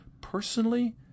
Personally